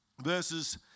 verses